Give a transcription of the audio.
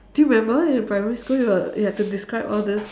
do you remember in primary school you got you have to describe all this